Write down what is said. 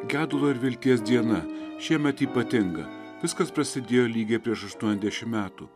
gedulo ir vilties diena šiemet ypatinga viskas prasidėjo lygiai prieš aštuoniasdešim metų